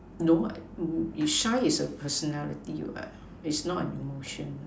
no is shy is a personality what is not a emotion